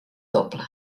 doble